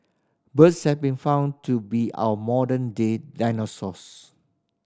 birds have been found to be our modern day dinosaurs